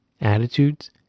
attitudes